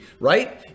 Right